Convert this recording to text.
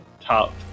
top